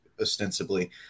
ostensibly